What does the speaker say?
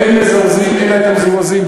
אין מזרזים אלא את המזורזים,